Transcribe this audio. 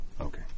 Okay